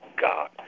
God